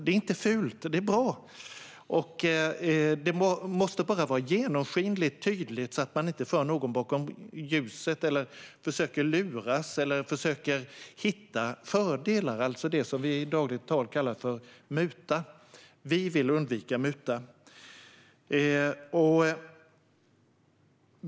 Det är inte fult; det är bra. Det måste bara vara genomskinligt och tydligt så att man inte för någon bakom ljuset, försöker luras eller försöker hitta fördelar - det som vi i dagligt tal kallar muta. Detta vill vi undvika.